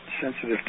sensitive